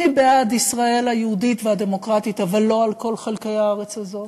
מי בעד ישראל היהודית והדמוקרטית אבל לא על כל חלקי הארץ הזאת?